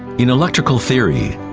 in electrical theory,